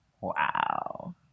Wow